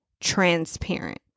transparent